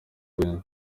wenger